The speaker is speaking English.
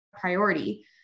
priority